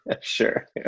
Sure